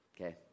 okay